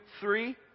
three